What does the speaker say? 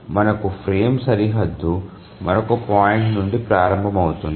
మనకు ఫ్రేమ్ సరిహద్దు మరొక పాయింట్ నుండి ప్రారంభమవుతుంది